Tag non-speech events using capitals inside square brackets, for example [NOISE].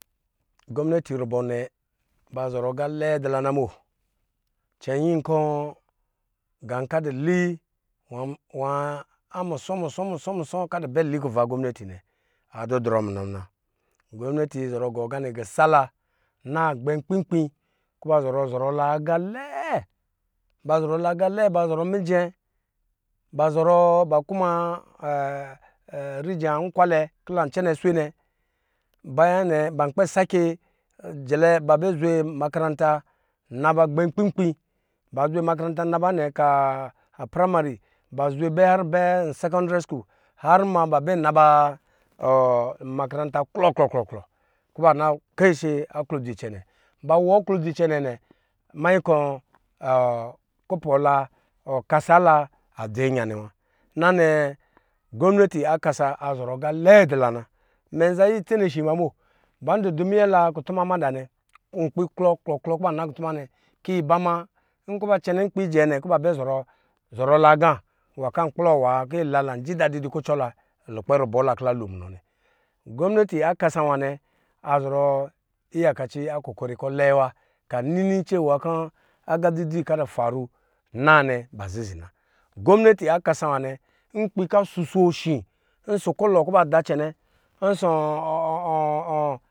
Gomuneti rubɔnɛba zɔrɔ aqa lɛɛ dula na bo cɛnyin kɔ nqa kɔ adɔ li nwa omusɔ musɔ musɔ musɔ kɔ adrɛ bɛ li kuva gomineti nɛ a dudrɔ munɔ muna gomineti zɔrɔ gɔ aga nɛ gi sala naa gbɛ hakpi nkpi zɔrɔ zɔrɔ la aga lɛɛ, ba zɔrɔ la aga lɛɛ, ba zɔrɔ la mijɛ be kuma [HESITATION] nkwalɛ kɔ lan cɛnɛ swe ne babaya nɛ ba kpɛ zwe makaranta na ba gbɛ nkpi nkpi ba zwe makaranta naba nɛ ka a a pramari ka a sɛkɛndɛri sku har bɛ na ba [HESITATION] makaranta klɔ klɔ klɔ kɔ ba na kese aklodzi cɛnɛ ba wɔ aklodzi cɛnɛ nɛ minin kɔ kubɔ [HESITATION] la kasa la adze anya nɛ wa na nɛ gomineti akasa adu zɔrɔ aga lɛɛ wa dɔ la na. Mɛ zanyiya itsewe shi ma bo. Isa du dɔ minyɛ la kutu ma mada hɛ nkpi klɔ klɔ klɔ kɔ ba na kutuma nɛ kɔ iba ma nkɔ ba cɛnɛ nkpi jɛ nɛ kɔ ba bɛ zɔrɔ la aga nwa kɔ ila jida di du kucɔ la lukpɛ rubɔ la kɔ la lo munɔ nɛ. Gomineti a kasa wanɛ a zɔrɔ iyakaci iya koko ri kɔ lɛɛ wa ka nini cɛwa kɔ aqa dzi dzi kɔ adu faro naa nɛ ba zizi na. Gomineti akasa wanɛ nkpi kɔ asoso shi ɔsɔ kulɔ kɔ bada shi [HESITATION]